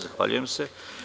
Zahvaljujem se.